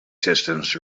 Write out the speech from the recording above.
systems